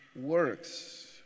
works